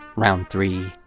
round three.